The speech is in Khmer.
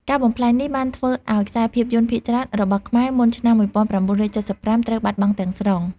ការបំផ្លាញនេះបានធ្វើឲ្យខ្សែភាពយន្តភាគច្រើនរបស់ខ្មែរមុនឆ្នាំ ១៩៧៥ ត្រូវបាត់បង់ទាំងស្រុង។